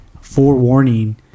forewarning